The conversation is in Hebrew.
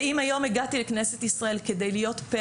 ואם היום הגעתי לכנסת ישראל כדי להיות פה